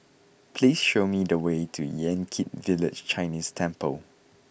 please show me the way to Yan Kit Village Chinese Temple